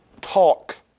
talk